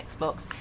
xbox